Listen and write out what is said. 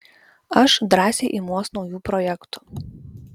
aš drąsiai imuos naujų projektų